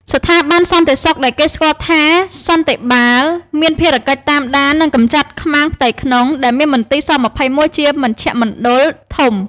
ស្ថាប័នសន្តិសុខដែលគេស្គាល់ថា «សន្តិបាល» មានភារកិច្ចតាមដាន និងកម្ចាត់ខ្មាំងផ្ទៃក្នុង ដែលមានមន្ទីរស-២១ ជាមជ្ឈមណ្ឌលធំ។